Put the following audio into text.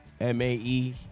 m-a-e